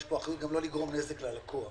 ויש פה אחריות לא לגרום נזק ללקוח.